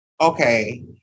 okay